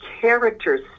characters